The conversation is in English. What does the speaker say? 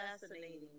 fascinating